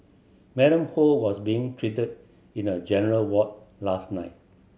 Madam Ho was being treated in a general ward last night